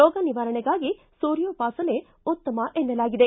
ರೋಗ ನಿವಾರಣೆಗಾಗಿ ಸೂರ್ಯೋಪಾಸನೆ ಉತ್ತಮ ಎನ್ನಲಾಗಿದೆ